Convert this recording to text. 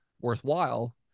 worthwhile